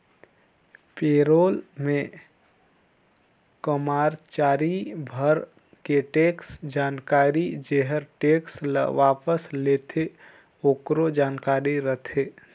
पे role मे करमाचारी भर के टेक्स जानकारी जेहर टेक्स ल वापस लेथे आकरो जानकारी रथे